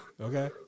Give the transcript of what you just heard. Okay